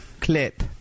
Clip